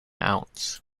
ounce